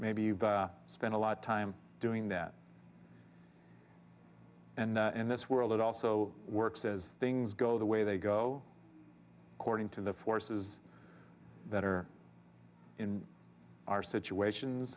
maybe you've spent a lot of time doing that and in this world it also works as things go the way they go according to the forces that are in our situations